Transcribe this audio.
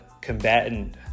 combatant